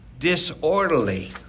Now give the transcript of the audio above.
Disorderly